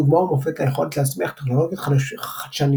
דוגמה ומופת ליכולת להצמיח טכנולוגיות חדשניות